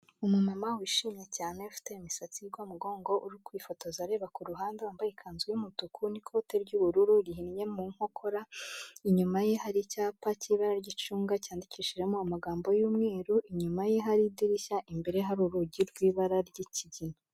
Umumama wishimye cyane ufite imisatsi igwa mu mugongo, uri kwifotoza areba ku ruhande wambaye ikanzu y'umutuku n'ikote ry'ubururu rihinnye mu nkokora, inyuma ye hari icyapa cy'ibara ry'icunga cyandikishijemo amagambo y'umweru, inyuma ye hari idirishya, imbere ye hari urugi rw'ibara ry'ikigina.